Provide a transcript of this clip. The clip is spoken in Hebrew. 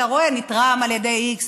אתה רואה: נתרם על ידי x,